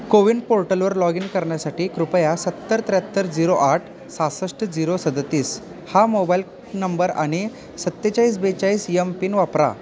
को विन पोर्टलवर लॉगिन करण्यासाठी कृपया सत्तर त्र्यहात्तर झिरो आठ सहासष्ट झिरो सदतीस हा मोबाईल नंबर आणि सत्तेचाळीस बेचाळीस यम पिन वापरा